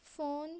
phone